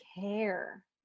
care